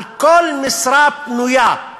על כל משרה פנויה,